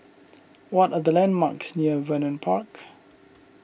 what are the landmarks near Vernon Park